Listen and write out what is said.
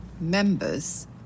members